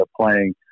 playing